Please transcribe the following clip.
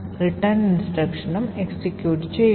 return instruction ഉം execute ചെയ്യുന്നു